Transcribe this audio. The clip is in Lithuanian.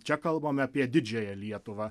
čia kalbame apie didžiąją lietuvą